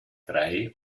drei